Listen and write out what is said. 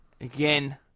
again